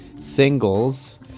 singles